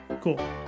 Cool